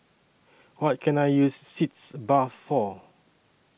What Can I use Sitz Bath For